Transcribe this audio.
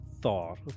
thought